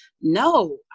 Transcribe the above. no